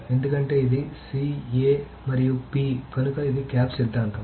ఎందుకంటే ఇది C A మరియు P కనుక ఇది క్యాప్ సిద్ధాంతం